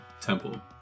Temple